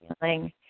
feeling